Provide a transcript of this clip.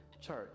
church